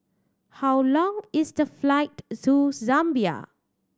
how long is the flight to Zambia